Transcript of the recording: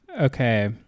Okay